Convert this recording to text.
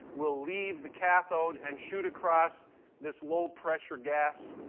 will leave the cathode and shoot across this low pressure gas,